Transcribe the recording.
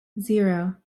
zero